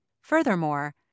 Furthermore